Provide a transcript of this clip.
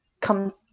come